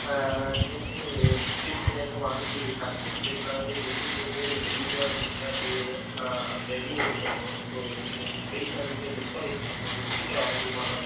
நான் இங்கேந்து திருச்சிலந்து மாறி கனெக்டிங் ஃப்ளைட்டில் வந்து டெல்லி போயிவிட்டு டெல்லி டூ அங்கேந்து அப்படியே நான் வெளியூருக்கு போகனும் ஸோ எனக்கு ஃப்ளைட் வந்துட்டு மிஸ் பண்ணிருவேன்ணே கொஞ்சம் சீக்கிரம் வர முடியுமாண்ணா